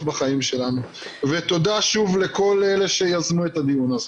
בחיים שלנו ותודה שוב לכל אלה שיזמו את הדיון הזה.